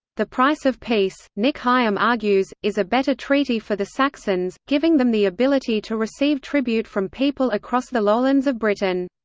the price of peace, nick higham argues, is a better treaty for the saxons, giving them the ability to receive tribute from people across the lowlands of britain.